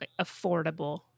affordable